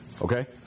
Okay